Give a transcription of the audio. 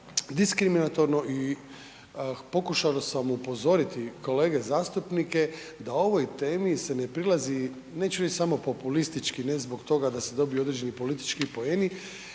je to diskriminatorno i pokušao sam upozoriti kolege zastupnike da ovoj temi se ne prilazi, neću reć samo populistički, ne zbog toga da se dobiju određeni politički problemi,